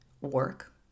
work